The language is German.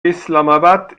islamabad